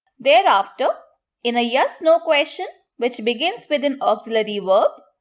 thereafter in a yes no question, which begins with an auxiliary verb,